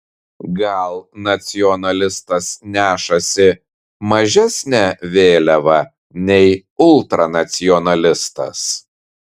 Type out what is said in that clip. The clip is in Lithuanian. gal nacionalistas nešasi mažesnę vėliavą nei ultranacionalistas